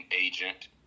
agent